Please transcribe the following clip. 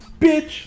Bitch